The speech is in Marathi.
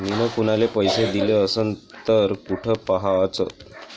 मिन कुनाले पैसे दिले असन तर कुठ पाहाचं?